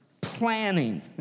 Planning